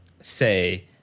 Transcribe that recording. say